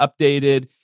updated